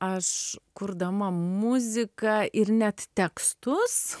aš kurdama muziką ir net tekstus